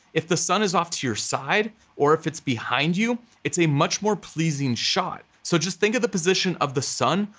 if the sun is off to your side or if it's behind you, it's a much more pleasing shot. so just think of the position of the sun,